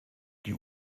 die